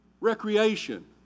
recreation